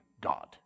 God